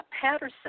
Patterson